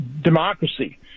democracy